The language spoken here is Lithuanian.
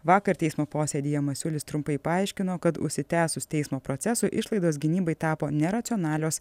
vakar teismo posėdyje masiulis trumpai paaiškino kad užsitęsus teismo procesui išlaidos gynybai tapo neracionalios